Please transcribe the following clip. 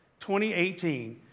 2018